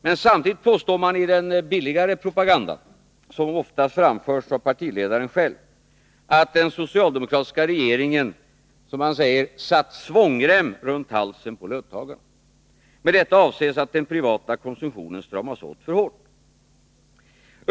Men samtidigt påstår man i den billigare propagandan — som oftast framförs av partiledaren själv — att den socialdemokratiska regeringen ”satt svångrem runt halsen på löntagarna”. Med detta avses att den privata konsumtionen stramas åt för hårt.